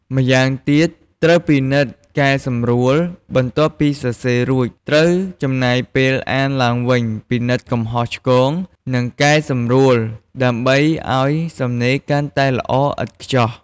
ម្យ៉ាងទៀតត្រូវពិនិត្យកែសម្រួល បន្ទាប់ពីសរសេររួច ត្រូវចំណាយពេលអានឡើងវិញ ពិនិត្យកំហុសឆ្គង និងកែសម្រួលដើម្បីឱ្យសំណេរកាន់តែល្អឥតខ្ចោះ។